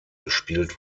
gespielt